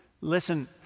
Listen